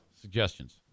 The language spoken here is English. suggestions